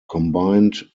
combined